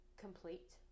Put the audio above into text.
complete